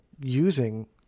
using